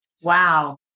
Wow